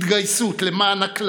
התגייסות למען הכלל,